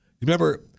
Remember